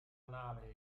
anale